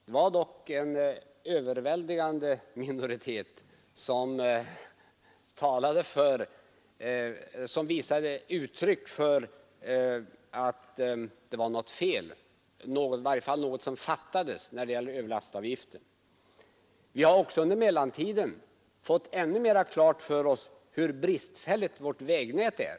Det var ju ändå en stor minoritet som då gav uttryck för sin uppfattning att någonting fattades i systemet med överlastavgifter. Under mellantiden har vi också fått ännu mera klart för oss hur Nr 33 bristfälligt vårt vägnät är.